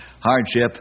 hardship